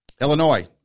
Illinois